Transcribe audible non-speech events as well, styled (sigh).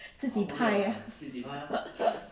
自己拍 ah (laughs)